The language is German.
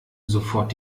sofort